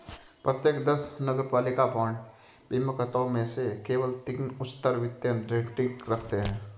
प्रत्येक दस नगरपालिका बांड बीमाकर्ताओं में से केवल तीन उच्चतर वित्तीय रेटिंग रखते हैं